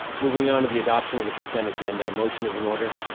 moving on to the adoption of the consent agenda motion is in order.